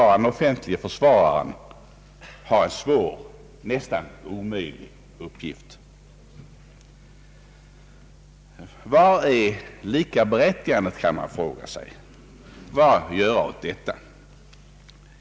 Den offentlige försvararen har en svår, nästan omöjlig uppgift. Var är likställigheten, kan man fråga sig.